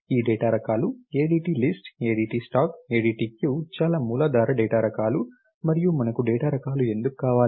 ఈ డేటా రకాలు ADT list ADT stack ADT queue చాలా మూలాధార డేటా రకాలు మరియు మనకు డేటా రకాలు ఎందుకు కావాలి